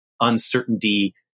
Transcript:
uncertainty